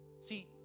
See